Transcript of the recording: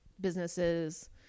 businesses